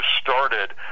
started